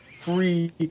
free